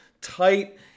tight